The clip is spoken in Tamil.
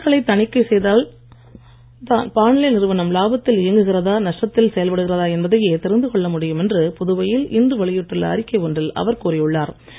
கணக்குகளைத் தணிக்கை செய்தால்தான் பாண்லே நிறுவனம் லாபத்தில் இயங்குகிறதா நஷ்டத்தில் செயல்படுகிறதா என்பதையே தெரிந்து கொள்ள முடியும் என்று புதுவையில் இன்று வெளியிட்டுள்ள அறிக்கை ஒன்றில் அவர் கூறியுள்ளார்